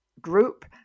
group